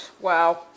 Wow